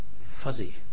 fuzzy